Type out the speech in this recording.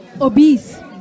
obese